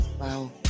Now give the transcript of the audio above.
Wow